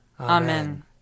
Amen